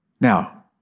Now